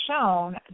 shown